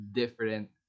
different